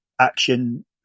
action